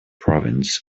province